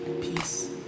Peace